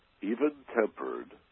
even-tempered